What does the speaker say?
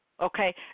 Okay